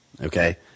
okay